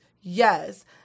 yes